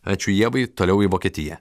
ačiū ievai toliau į vokietiją